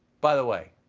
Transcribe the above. by the way,